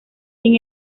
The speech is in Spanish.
sin